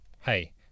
hey